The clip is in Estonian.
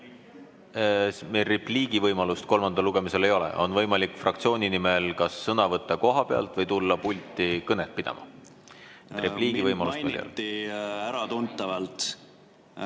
Meil repliigivõimalust kolmandal lugemisel ei ole, on võimalik fraktsiooni nimel kas sõna võtta kohapealt või tulla pulti kõnet pidama. Repliigivõimalust